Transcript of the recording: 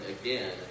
again